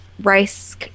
rice